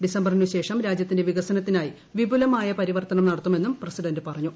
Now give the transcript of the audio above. ഡിസംബറിനുശേഷം രാജ്യത്തിന്റെ വികസനത്തിനായി വിപുലമായ പരിവർത്തനം നടത്തുമെന്നും പ്രസിഡന്റ് പറഞ്ഞു